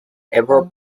above